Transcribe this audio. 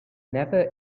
never